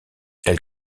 elle